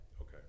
Okay